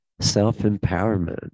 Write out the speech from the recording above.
self-empowerment